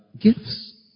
gifts